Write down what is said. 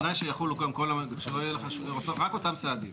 רק אותם צעדים